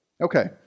Okay